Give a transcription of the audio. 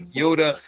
Yoda